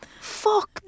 Fuck